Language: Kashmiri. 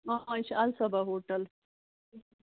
آ آ یہِ چھُ الصبا ہوٹل